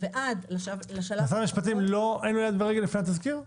ועד לשלב --- למשרד המשפטים אין יד ורגל לפני התזכיר?